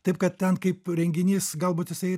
taip kad ten kaip renginys galbūt jisai